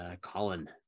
Colin